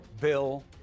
Bill